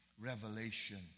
revelation